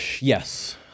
Yes